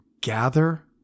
Gather